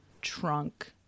trunk